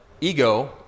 ego